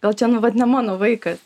gal čia nu vat ne mano vaikas